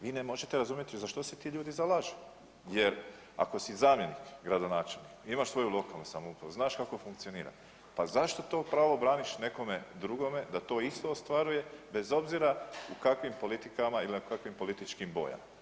Vi ne možete razumjeti zašto se ti ljudi zalažu jer ako si zamjenik gradonačelnika i imaš svoju lokalnu samoupravu, znaš kako to funkcionira pa zašto to pravo braniš nekome drugome da to isto ostvaruje, bez obzira u kakvim politikama ili na kakvim političkim bojama.